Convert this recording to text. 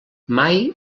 mai